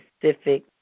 specific